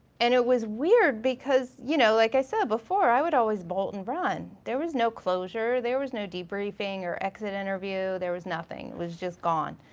and it was weird because you know like i said before, i would always bolt and run, there was no closure, there was no debriefing or exit interview, there was nothing, it was just gone.